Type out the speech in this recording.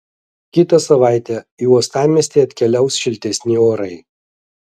kitą savaitę į uostamiestį atkeliaus šiltesni orai